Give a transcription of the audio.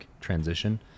transition